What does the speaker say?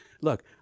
look